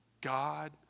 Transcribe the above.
God